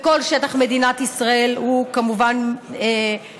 וכל שטח מדינת ישראל הוא כמובן מטרה,